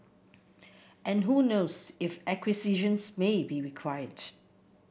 and who knows if acquisitions may be required